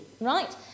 right